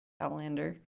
Outlander